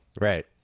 Right